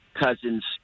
cousin's